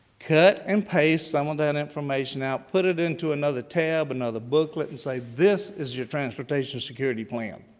cut and paste some of that information out. put it into another tab, another booklet, and say this is your transportation security plan.